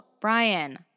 Brian